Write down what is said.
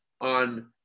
on